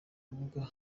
kabuga